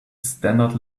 standard